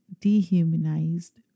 dehumanized